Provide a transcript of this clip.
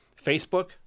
Facebook